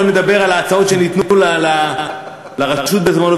לא נדבר על ההצעות שניתנו לרשות בזמנו,